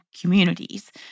communities